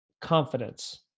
Confidence